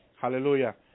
Hallelujah